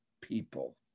people